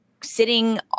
sitting